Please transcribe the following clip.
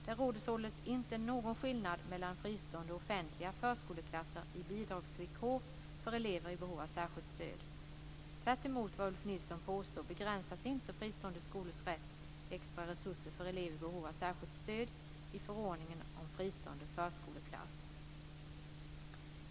Det råder således inte någon skillnad mellan fristående och offentliga förskoleklasser i bidragsvillkor för elever i behov av särskilt stöd. Tvärtemot vad Ulf Nilsson påstår begränsas inte fristående skolors rätt till extra resurser för elever i behov av särskilt stöd i förordningen om fristående förskoleklass.